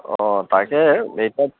অঁ তাকে এইটোত